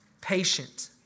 patient